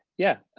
yeah,